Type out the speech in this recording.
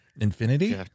Infinity